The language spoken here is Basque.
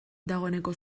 dagoeneko